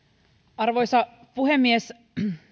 arvoisa puhemies